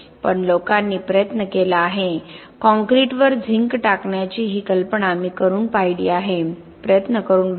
पण लोकांनी प्रयत्न केला आहे काँक्रीटवर झिंक टाकण्याची ही कल्पना मी करून पाहिली आहे प्रयत्न करून बघा